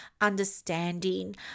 understanding